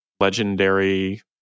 Legendary